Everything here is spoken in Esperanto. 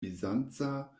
bizanca